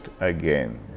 again